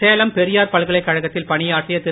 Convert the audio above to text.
சேலம் பெரியார் பல்கலைக் கழகத்தில் பணியாற்றிய திரு